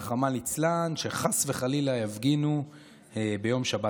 רחמנא ליצלן, חס וחלילה שיפגינו ביום שבת.